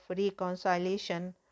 reconciliation